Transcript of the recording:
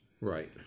Right